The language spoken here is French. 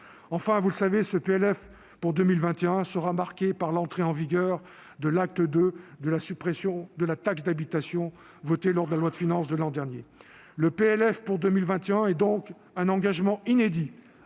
Enfin, vous le savez, ce PLF pour 2021 sera marqué par l'entrée en vigueur de l'acte II de la suppression de la taxe d'habitation, votée dans le cadre de la loi de finances de l'an dernier. Le PLF pour 2021 constitue donc un engagement inédit,